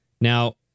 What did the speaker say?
Now